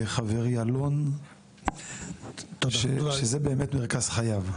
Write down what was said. לחברי אלון, שזה באמת מרכז חייב.